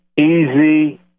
easy